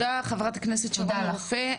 תודה, חה"כ שרון רופא אופיר.